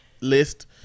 list